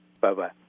bye-bye